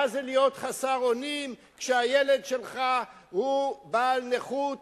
מה זה להיות חסר אונים כשהילד שלך הוא בעל נכות,